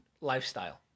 lifestyle